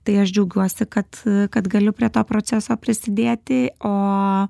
tai aš džiaugiuosi kad kad galiu prie to proceso prisidėti o